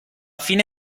fine